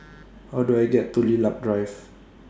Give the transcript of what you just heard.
How Do I get to Lilac Drive